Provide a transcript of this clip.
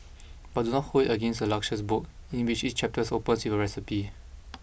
but do not hold it against this luscious book in which each chapter opens with a recipe